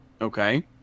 Okay